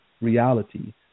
reality